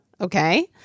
Okay